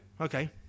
okay